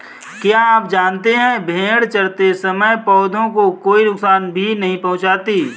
क्या आप जानते है भेड़ चरते समय पौधों को कोई नुकसान भी नहीं पहुँचाती